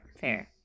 fair